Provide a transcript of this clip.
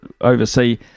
oversee